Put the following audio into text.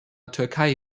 türkei